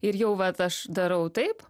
ir jau vat aš darau taip